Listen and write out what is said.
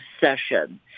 session